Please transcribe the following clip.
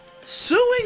suing